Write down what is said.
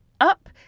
up